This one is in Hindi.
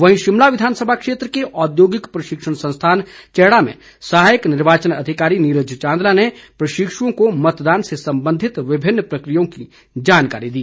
वहीं शिमला विधानसभा क्षेत्र के औद्योगिक प्रशिक्षण संस्थान चैड़ा में सहायक निर्वाचन अधिकारी नीरज चांदला ने प्रशिक्षुओं को मतदान से संबंधित विभिन्न प्रक्रियाओं की जानकारी दी